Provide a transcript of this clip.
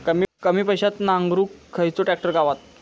कमी पैशात नांगरुक खयचो ट्रॅक्टर गावात?